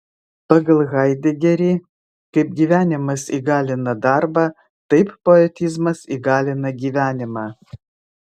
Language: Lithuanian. pagal haidegerį kaip gyvenimas įgalina darbą taip poetizmas įgalina gyvenimą